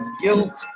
Guilt